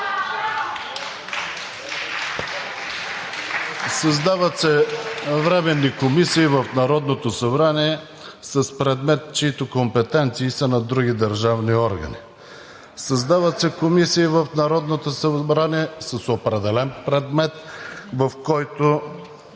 Създават се временни комисии в Народното събрание с предмет, чиито компетенции са на други държавни органи. Създават се комисии в Народното събрание с определен предмет, в който